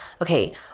Okay